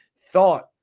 thought